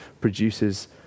produces